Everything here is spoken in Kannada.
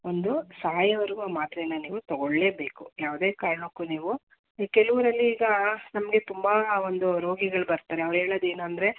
ಒಂದು ಸಾಯೋವರೆಗೂ ಆ ಮಾತ್ರೆನ್ನ ನೀವು ತೊಗೊಳ್ಳೇಬೇಕು ಯಾವುದೇ ಕಾರಣಕ್ಕೂ ನೀವು ಈ ಕೆಲವರಲ್ಲಿ ಈಗ ನಮಗೆ ತುಂಬ ಒಂದು ರೋಗಿಗಳು ಬರ್ತಾರೆ ಅವ್ರು ಹೇಳೋದೇನೆಂದ್ರೆ